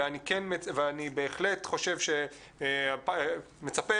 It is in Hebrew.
אני בהחלט מצפה,